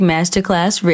Masterclass